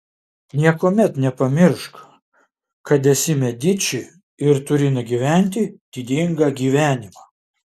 niekuomet nepamiršk kad esi mediči ir turi nugyventi didingą gyvenimą